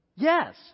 Yes